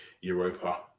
Europa